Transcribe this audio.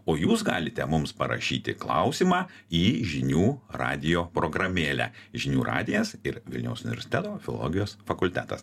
o jūs galite mums parašyti klausimą į žinių radijo programėlę žinių radijas ir vilniaus universiteto filologijos fakultetas